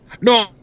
No